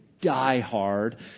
diehard